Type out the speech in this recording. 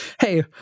Hey